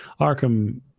Arkham